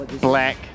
black